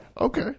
Okay